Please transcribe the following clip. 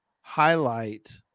highlight